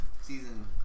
season